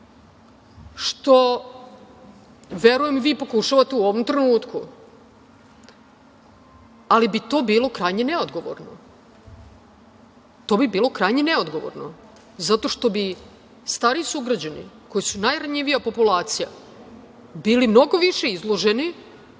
što verujem vi pokušavate u ovom trenutku, ali bi to bilo krajnje neodgovorno. To bi bilo krajnje neodgovorno zato što bi stariji sugrađani, koji su najranjivija populacija, bili mnogo više izloženi,